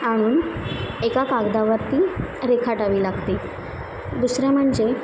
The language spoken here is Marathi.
आणि एका कागदावरती रेखाटावी लागते दुसरं म्हणजे